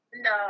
No